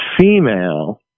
female